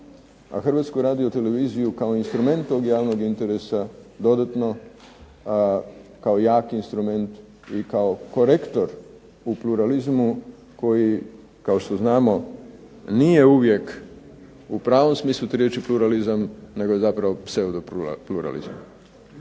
a Hrvatsku radioteleviziju kao instrument tog javnog interesa dodatno kao jak instrument i kao korektor u pluralizmu koji kao što znamo nije uvijek u pravom smislu te riječi pluralizam nego je zapravo pseudopluralizam.